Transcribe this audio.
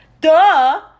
Duh